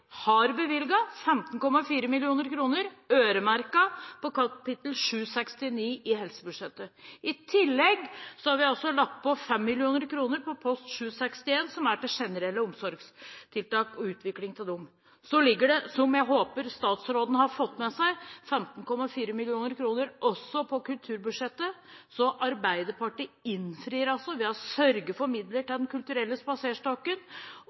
har bevilget 15,4 mill. øremerkede kroner i kapittel 769 i helsebudsjettet. I tillegg har vi lagt på 5 mill. kr på kapittel 761, som er til generelle omsorgstiltak og utvikling av dem. Det ligger også – som jeg håper statsråden har fått med seg – 15,4 mill. kr på kulturbudsjettet, så Arbeiderpartiet innfrir ved å sørge for midler til Den kulturelle spaserstokken.